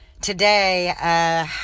today